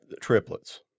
triplets